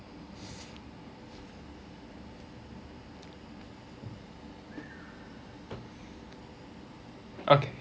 okay